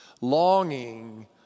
longing